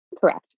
correct